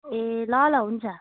ए ल ल हुन्छ